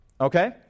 Okay